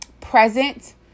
present